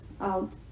out